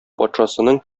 патшасының